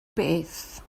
beth